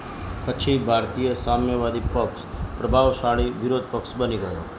પછી ભારતીય સામ્યવાદી પક્ષ પ્રભાવશાળી વિરોધ પક્ષ બની ગયો